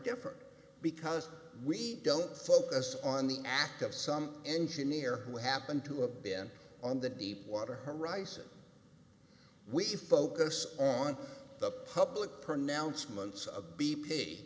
different because we don't focus on the act of some engineer who happened to have been on the deepwater horizon we focus on the public pronouncements